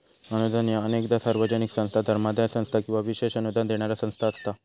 अनुदान ह्या अनेकदा सार्वजनिक संस्था, धर्मादाय संस्था किंवा विशेष अनुदान देणारा संस्था असता